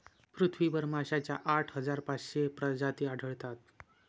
पृथ्वीवर माशांच्या आठ हजार पाचशे प्रजाती आढळतात